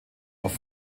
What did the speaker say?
noch